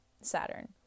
Saturn